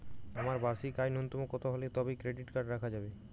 আমার বার্ষিক আয় ন্যুনতম কত হলে তবেই ক্রেডিট কার্ড রাখা যাবে?